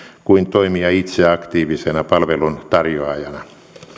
kuin toimia itse aktiivisena palveluntarjoajana